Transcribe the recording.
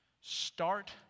Start